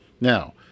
Now